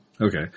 Okay